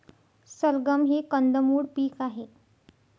सलगम हे कंदमुळ पीक आहे